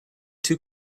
two